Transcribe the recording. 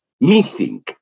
missing